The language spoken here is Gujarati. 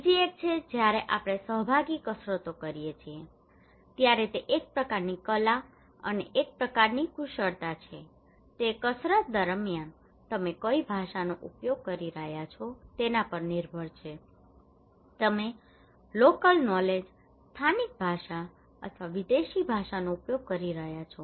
બીજી એક એ છે કે જ્યારે આપણે સહભાગી કસરતો કરીએ છીએ ત્યારે તે એક પ્રકારની કલા અને એક પ્રકારની કુશળતા છે તે કસરત દરમિયાન તમે કઈ ભાષાનો ઉપયોગ કરી રહ્યા છો તેના પર નિર્ભર છે તમે લોકલ નોલેજ સ્થાનિક ભાષા અથવા વિદેશી ભાષાનો ઉપયોગ કરી રહ્યાં છો